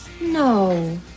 No